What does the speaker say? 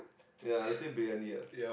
ya I'd say Briyani ya